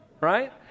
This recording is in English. right